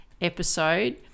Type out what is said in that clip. episode